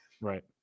Right